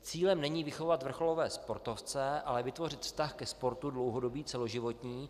Cílem není vychovat vrcholové sportovce, ale vytvořit vztah ke sportu dlouhodobý, celoživotní.